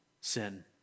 sin